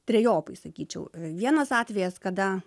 trejopai sakyčiau vienas atvejis kada